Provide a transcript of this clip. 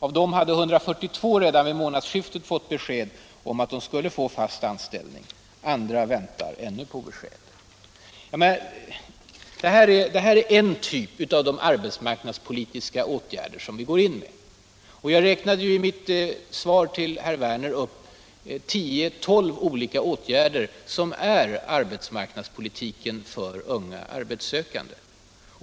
Av dem hade 142 redan vid månadsskiftet fått besked om att de skulle få fast anställning. Andra väntar ännu 7” på besked. Det här är en typ av de arbetsmarknadspolitiska åtgärder som vi går in med. Jag räknade i mitt svar till herr Werner upp mer än ett tiotal olika åtgärder som är viktiga inslag i arbetsmarknadspolitiken för unga arbetssökande.